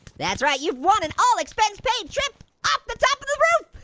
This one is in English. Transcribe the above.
that's right, you've won an all expense paid trip off the top of the roof!